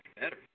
better